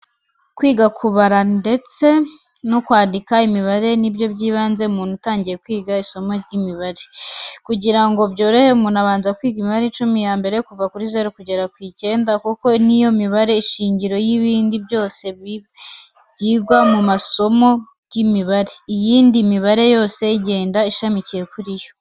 Kwiga kubara ndetse no kwandika imibare ni byo by'ibanze ku muntu utangiye kwiga isomo ry'imibare. Kugira ngo byorohe umuntu abanza kwiga imibare icumi ya mbere yo kuva kuri zeru kugeza ku icyenda, kuko niyo mibare shingiro y'ibindi byose byigwa mu isomo ry'imibare, iyindi mibare yose igenda ishamikiye kuri yo.